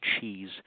cheese